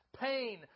pain